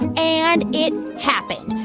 and it happened.